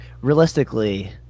realistically